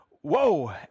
whoa